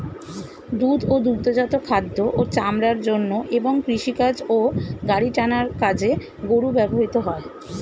দুধ ও দুগ্ধজাত খাদ্য ও চামড়ার জন্য এবং কৃষিকাজ ও গাড়ি টানার কাজে গরু ব্যবহৃত হয়